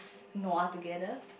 nua together